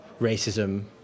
racism